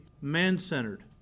man-centered